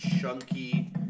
chunky